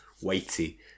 weighty